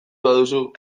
baduzu